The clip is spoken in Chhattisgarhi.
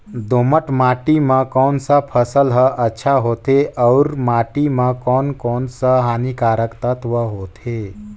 दोमट माटी मां कोन सा फसल ह अच्छा होथे अउर माटी म कोन कोन स हानिकारक तत्व होथे?